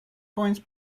points